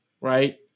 right